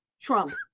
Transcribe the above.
Trump